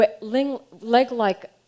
leg-like